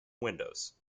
windows